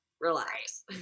Relax